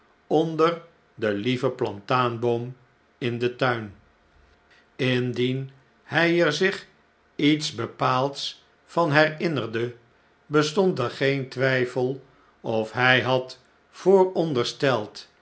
onder den lieyen plataanboom in den tuin indien hij er zich iets bepaalds van herinnerde bestond er geen twijfel of hij had